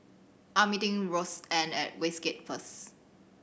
I am meeting Roseann at Westgate first